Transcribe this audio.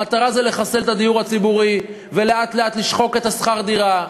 המטרה היא לחסל את הדיור הציבורי ולאט-לאט לשחוק את שכר הדירה.